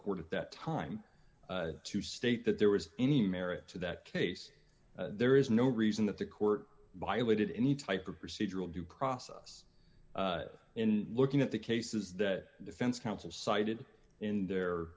court at that time to state that there was any merit to that case there is no reason that the court violated any type of procedural due process in looking at the cases that defense counsel cited in